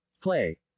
Play